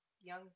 young